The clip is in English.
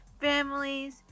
families